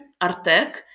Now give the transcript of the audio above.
Artek